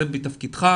זה מתפקידך,